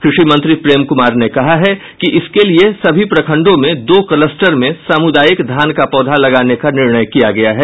कृषि मंत्री प्रेम कुमार ने कहा है कि इसके लिये सभी प्रखंडों में दो कलस्टर में सामुदायिक धान का पौधा लगाने का निर्णय किया गया है